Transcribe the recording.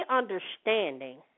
understanding